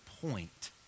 point